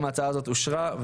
גם ההצעה הזאת אושרה.